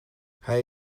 hij